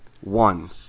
one